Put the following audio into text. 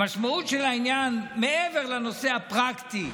המשמעות של העניין, מעבר לנושא הפרקטי,